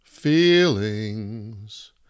feelings